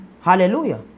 Hallelujah